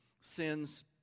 Sins